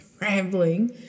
rambling